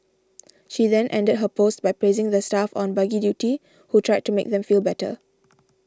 she then ended her post by praising the staff on buggy duty who tried to make them feel better